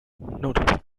notable